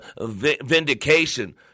vindication